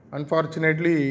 Unfortunately